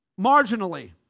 marginally